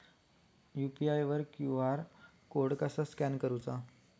UPI वर QR code कसा scan करूचा?